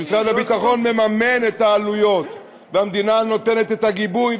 שמשרד הביטחון מממן את העלויות והמדינה נותנת את הגיבוי,